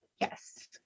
Yes